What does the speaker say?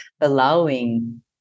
allowing